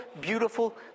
beautiful